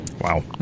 Wow